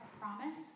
promise